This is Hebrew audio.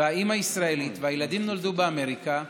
האימא ישראלית והילדים נולדו באמריקה.